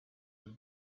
with